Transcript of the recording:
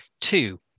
Two